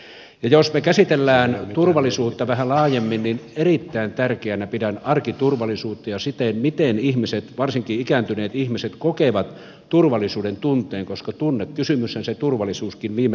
jos me käsittelemme turvallisuutta vähän laajemmin niin erittäin tärkeänä pidän arkiturvallisuutta ja sitä miten ihmiset varsinkin ikääntyneet ihmiset kokevat turvallisuudentunteen koska tunnekysymyshän se turvallisuuskin viime kädessä on